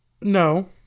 No